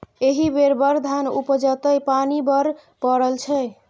एहि बेर बड़ धान उपजतै पानि बड्ड पड़ल छै